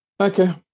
Okay